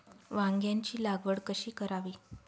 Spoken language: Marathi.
वांग्यांची लागवड कशी करावी?